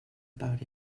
about